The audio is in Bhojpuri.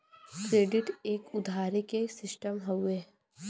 क्रेडिट एक उधारी के सिस्टम हउवे